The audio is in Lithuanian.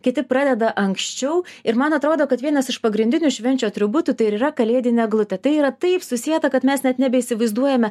kiti pradeda anksčiau ir man atrodo kad vienas iš pagrindinių švenčių atributų tai ir yra kalėdine eglute tai yra taip susieta kad mes net nebeįsivaizduojame